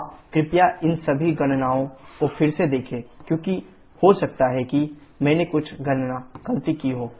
आप कृपया इन सभी गणनाओं को फिर से देखें क्योंकि हो सकता है कि मैंने कुछ गणना गलती की हो